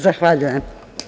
Zahvaljujem.